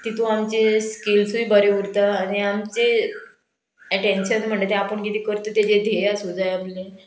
तितू आमचे स्किल्सूय बरें उरता आनी आमचें एटेंशन म्हणटा तें आपूण किदें करता तेजें धेय आसूं जाय आमी